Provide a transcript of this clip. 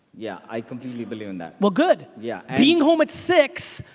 yeah, i completely believe in that. well good. yeah being home at six,